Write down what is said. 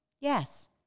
Yes